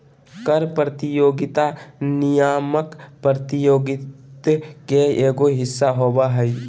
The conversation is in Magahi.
कर प्रतियोगिता नियामक प्रतियोगित के एगो हिस्सा होबा हइ